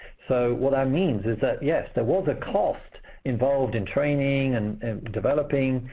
so what that means is that, yes, there was a cost involved in training, and developing,